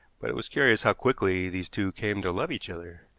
but it was curious how quickly these two came to love each other.